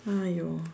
!aiyo!